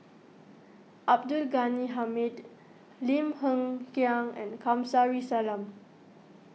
Abdul Ghani Hamid Lim Hng Kiang and Kamsari Salam